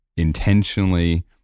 intentionally